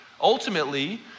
Ultimately